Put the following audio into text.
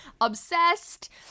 Obsessed